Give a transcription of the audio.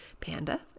panda